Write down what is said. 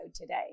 today